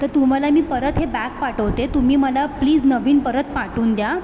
तर तुम्हाला मी परत हे बॅक पाठवते तुम्ही मला प्लीज नवीन परत पाठवून द्या